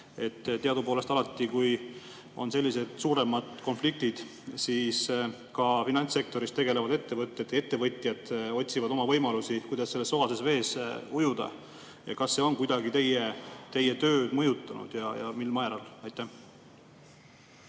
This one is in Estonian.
Teadupoolest alati, kui on sellised suuremad konfliktid, siis ka finantssektoris tegutsevad ettevõtjad otsivad oma võimalusi, kuidas selles sogases vees ujuda. Kas see on kuidagi teie tööd mõjutanud ja mil määral? Aitäh